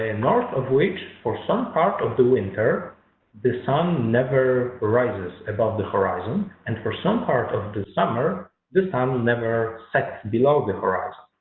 and north of which for some part of the winter the sun never rises above the horizon and for some part of the summer the sun will never set below the horizon